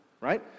Right